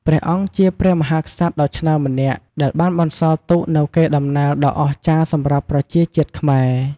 ព្រះអង្គជាមហាក្សត្រដ៏ឆ្នើមម្នាក់ ដែលបានបន្សល់ទុកនូវកេរដំណែលដ៏អស្ចារ្យសម្រាប់ប្រជាជាតិខ្មែរ។